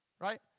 right